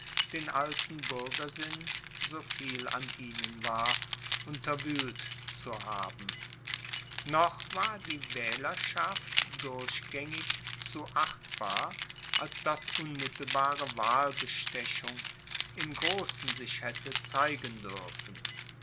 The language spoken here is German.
den alten buergersinn soviel an ihnen war unterwuehlt zu haben noch war die waehlerschaft durchgaengig zu achtbar als dass unmittelbare wahlbestechung im grossen sich haette zeigen duerfen